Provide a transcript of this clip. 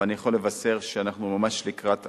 אבל אני יכול לבשר שאנחנו ממש לקראת הסוף.